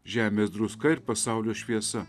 žemės druska ir pasaulio šviesa